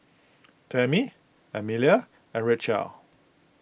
Tammi Emelie and Rachelle